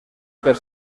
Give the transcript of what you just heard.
per